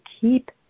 keep